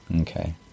Okay